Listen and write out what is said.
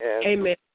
Amen